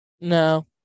No